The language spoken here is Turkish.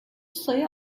sayı